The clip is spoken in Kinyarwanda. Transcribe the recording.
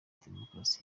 demokarasi